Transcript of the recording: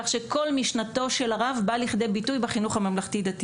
כך שכל משנתו של הרב באה לכדי ביטוי בחינוך הממלכתי-דתי.